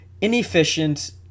inefficient